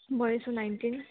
ବୟସ ନାଇଣ୍ଟିନ୍